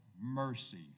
mercy